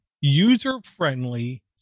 user-friendly